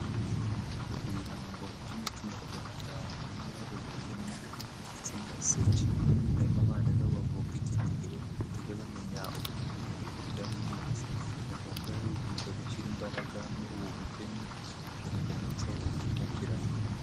Mu birango by'umuco nyarwanda harimo ubugeni ndetse n'ibiseke, harimo abana bavuka iki gihe, batajya bamenya uburyo ibyo bikoresho byari bimeze, ni ngombwa rero gukomeza gushyira imbaraga muri ubu bugeni kugira ngo umuco utibagirana.